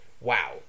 wow